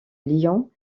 lyon